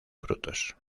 frutos